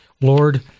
Lord